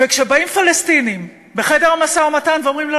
אנחנו חוזרים בעצם לאחור, הגלגל מסתובב, והוא לא